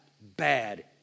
bad